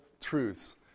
truths